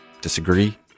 disagree